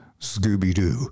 Scooby-Doo